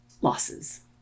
losses